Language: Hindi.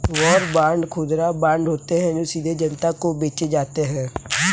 वॉर बांड खुदरा बांड होते हैं जो सीधे जनता को बेचे जाते हैं